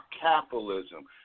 capitalism